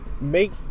make